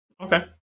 Okay